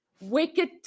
wicked